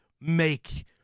make